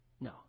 no